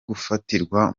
gufatirwa